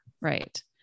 right